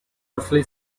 roughly